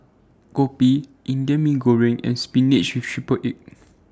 Kopi Indian Mee Goreng and Spinach with Triple Egg